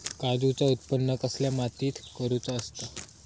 काजूचा उत्त्पन कसल्या मातीत करुचा असता?